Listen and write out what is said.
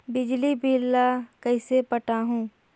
बिजली बिल ल कइसे पटाहूं?